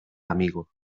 amigo